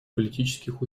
политических